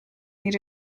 need